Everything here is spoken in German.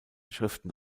schriften